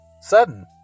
sudden